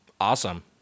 Awesome